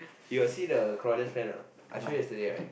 you got see the Claudia's friend or not I show you yesterday right